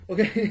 Okay